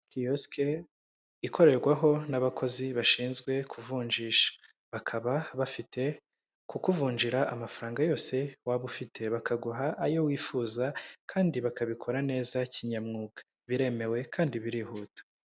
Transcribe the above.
Kiyosike ikorerwaho n'abakozi bashinzwe kuvunjisha, bakaba bafite kukuvunjira amafaranga yose waba ufite bakaguha ayo wifuza kandi bakabikora neza kinyamwuga ,biremewe kandi birihuta.